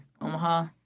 Omaha